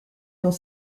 dans